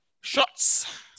shots